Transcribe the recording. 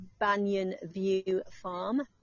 BanyanViewFarm